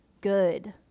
good